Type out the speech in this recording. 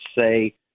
say